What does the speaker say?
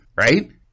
right